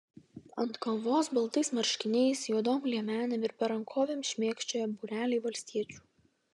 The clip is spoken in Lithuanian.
ant kalvos baltais marškiniais juodom liemenėm ir berankovėm šmėkščiojo būreliai valstiečių